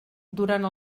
durant